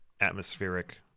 atmospheric